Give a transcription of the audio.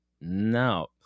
No